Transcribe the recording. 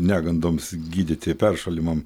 negandoms gydyti peršalimam